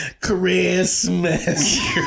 Christmas